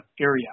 area